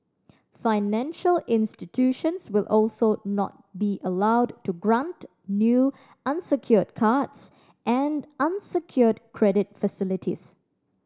financial institutions will also not be allowed to grant new unsecured cards and unsecured credit facilities